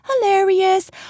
hilarious